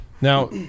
Now